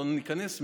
ולא ניכנס,